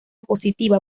positiva